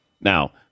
Now